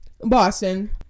Boston